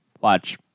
Watch